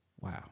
Wow